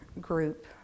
group